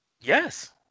Yes